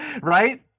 right